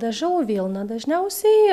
dažau vilną dažniausiai